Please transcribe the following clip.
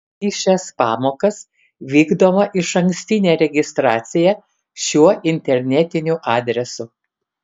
į šias pamokas vykdoma išankstinė registracija šiuo internetiniu adresu